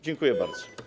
Dziękuję bardzo.